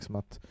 att